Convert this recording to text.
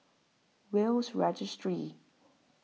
Will's Registry